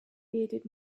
bearded